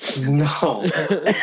No